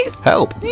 Help